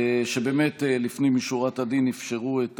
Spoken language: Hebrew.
שלפנים משורת הדין אפשרו את